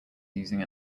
using